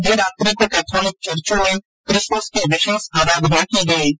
मध्यरात्रि को कैथोलिक चर्चो में किसमस की विशेष अराधना हुई